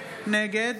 נגד